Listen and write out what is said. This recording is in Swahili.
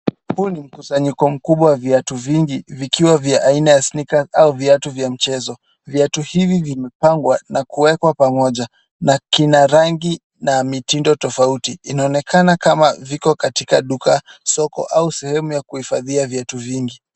Huu ni mkusanyiko mkubwa wa viatu vingi vikiwa vya aina ya sneakers au viatu vya mchezo. Viatu hivi vimepangwa na kuwekwa pamoja na kina rangi na mitindo tofauti, inaonekana kama viko katika duka, soko au sehemu ya kuhifadhia viatu vingi.